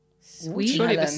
Sweet